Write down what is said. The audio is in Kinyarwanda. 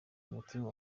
umutima